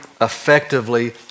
effectively